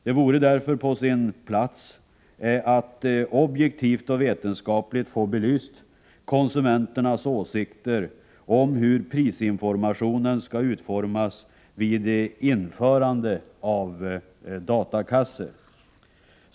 Det vore därför på sin plats att objektivt och vetenskapligt få belyst konsumenternas åsikter om hur prisinformationen skall utformas vid införandet av datakassor.